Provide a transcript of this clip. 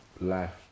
life